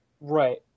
Right